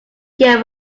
get